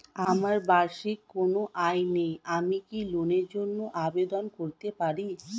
আমার বার্ষিক কোন আয় নেই আমি কি লোনের জন্য আবেদন করতে পারি?